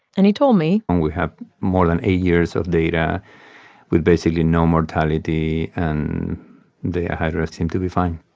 and he told me. and we have more than eight years of data with basically no mortality, and the ah hydras seem to be fine